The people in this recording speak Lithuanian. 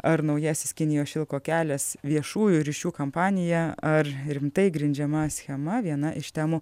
ar naujasis kinijos šilko kelias viešųjų ryšių kampanija ar rimtai grindžiama schema viena iš temų